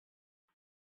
you